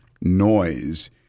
noise